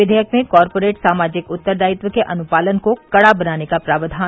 विधेयक में कॉरपोरेट सामाजिक उत्तरदायित्व के अनुपालन को कड़ा बनाने का प्रावधान